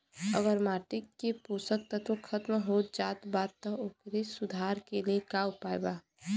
अगर माटी के पोषक तत्व खत्म हो जात बा त ओकरे सुधार के लिए का उपाय बा?